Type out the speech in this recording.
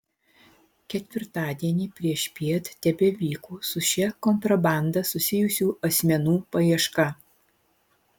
ketvirtadienį priešpiet tebevyko su šia kontrabanda susijusių asmenų paieška